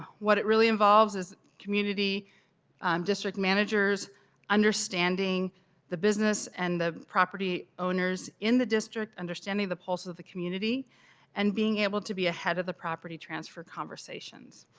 what it really involves is community district managers understanding the business and property owners in the district understanding the pulse of the community and being able to be ahead of the property transfer conversations.